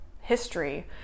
history